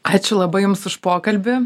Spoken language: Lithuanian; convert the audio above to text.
ačiū labai jums už pokalbį